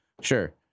sure